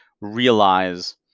realize